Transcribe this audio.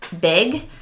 big